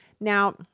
Now